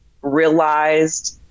realized